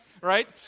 right